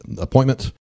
appointments